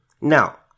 Now